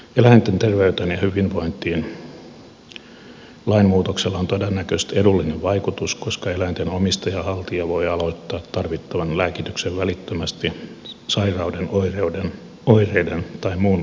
eläinten terveyteen ja hyvinvointiin lain muutoksella on todennäköisesti edullinen vaikutus koska eläinten omistaja ja haltija voi aloittaa tarvittavan lääkityksen välittömästi sairauden oireiden tai muun lääkitystarpeen ilmaannuttua